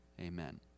Amen